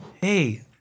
hey